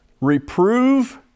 reprove